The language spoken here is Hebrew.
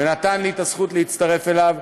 ונתן לי את הזכות להצטרף אליו.